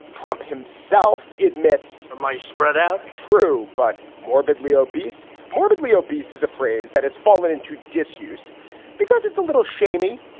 trump himself admits might spread out. true. but morbidly obese. morbidly obese is a phrase that has fallen into disuse because it's a little shamy.